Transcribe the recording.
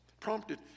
Prompted